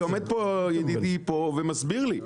ועומד פה ידידי פה ומסביר לי,